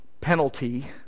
penalty